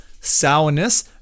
sourness